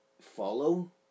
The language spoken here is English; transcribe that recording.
follow